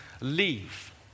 leave